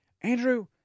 Andrew